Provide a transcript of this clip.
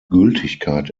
gültigkeit